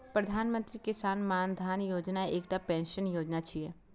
प्रधानमंत्री किसान मानधन योजना एकटा पेंशन योजना छियै